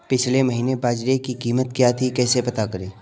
पिछले महीने बाजरे की कीमत क्या थी कैसे पता करें?